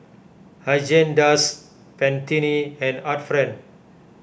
Haagen Dazs Pantene and Art Friend